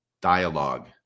dialogue